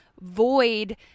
void